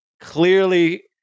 Clearly